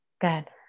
good